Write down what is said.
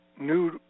new